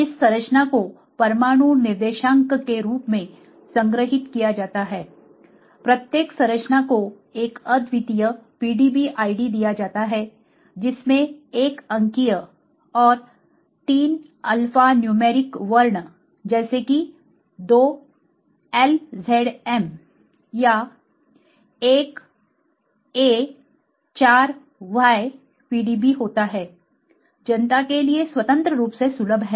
इस संरचना को परमाणु निर्देशांक के रूप में संग्रहीत किया जाता है प्रत्येक संरचना को एक अद्वितीय PDB id दिया जाता है जिसमें एक अंकीय और 3 अल्फा न्यूमेरिक वर्ण जैसे कि 2 LZM या 1a 4y PDB होता है जनता के लिए स्वतंत्र रूप से सुलभ है